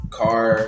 car